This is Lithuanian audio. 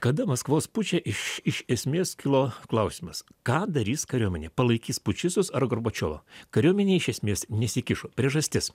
kada maskvos puče iš iš esmės kilo klausimas ką darys kariuomenė palaikys pučistus ar gorbačiovą kariuomenė iš esmės nesikišo priežastis